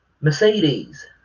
Mercedes